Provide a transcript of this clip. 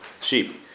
sheep